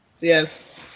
Yes